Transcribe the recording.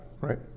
Right